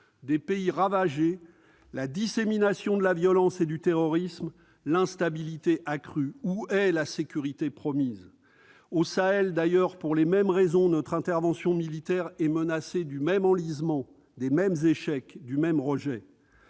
des pays ravagés, la dissémination de la violence et du terrorisme, l'instabilité accrue. Où est la sécurité promise ? Au Sahel, pour les mêmes raisons, notre intervention militaire est menacée du même enlisement, des mêmes échecs, du même rejet.